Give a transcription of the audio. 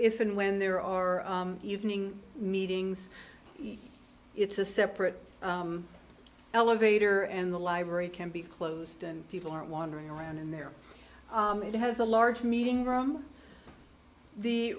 if and when there are evening meetings it's a separate elevator and the library can be closed and people are wandering around in there it has a large meeting room the